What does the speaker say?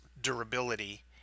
durability